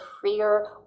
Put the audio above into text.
freer